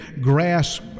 grasp